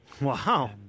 Wow